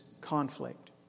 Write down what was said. conflict